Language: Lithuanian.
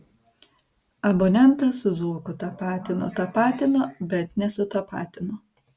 abonentą su zuoku tapatino tapatino bet nesutapatino